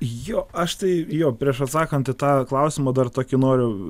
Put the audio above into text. jo aš tai jo prieš atsakant į tą klausimą dar tokį noriu